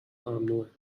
ممنوعه